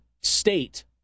state